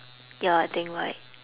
ya I think like